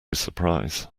surprise